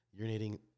urinating